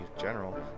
General